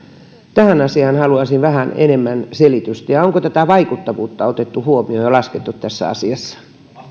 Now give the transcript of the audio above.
tähän asiaan haluaisin vähän enemmän selitystä onko tätä vaikuttavuutta otettu huomioon ja laskettu tässä asiassa